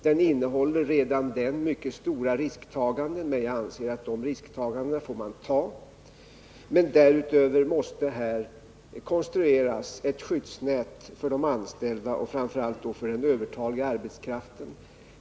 Den innehåller redan den mycket stora risktaganden, men jag anser att de riskerna får man ta. Därutöver måste emellertid konstrueras ett skyddsnät för de anställda, framför allt för den övertaliga arbetskraften.